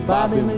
Bobby